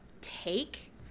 take